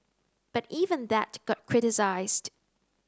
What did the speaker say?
but even that got criticised